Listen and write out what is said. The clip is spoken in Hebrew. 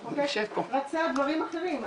המחוקק רצה דברים אחרים,